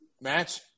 match